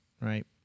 right